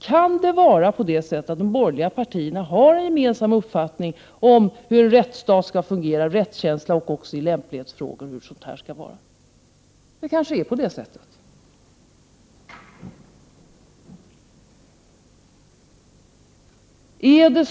Kan det vara på det sättet att de borgerliga partierna har en gemensam uppfattning om hur en rättsstat skall fungera, en gemensam uppfattning om rättskänsla och även i lämplighetsfrågor? Det är kanske på det sättet.